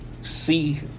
see